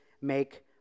make